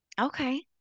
okay